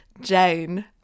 Jane